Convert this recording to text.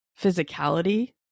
physicality